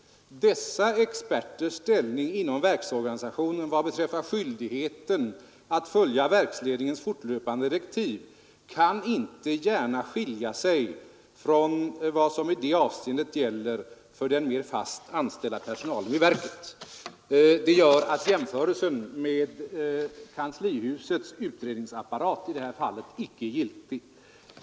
Dessa experters ställning inom verksorganisationen vad beträffar skyldigheten att följa verksledningens fortlöpande direktiv kar. inte gärna skilja sig från vad som i det avseendet gäller för den mer fast anställda personalen vid verket. Detta gör att en jämförelse med kanslihusets utredningsapparat i detta fall icke är giltig.